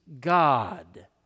God